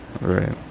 Right